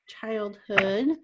childhood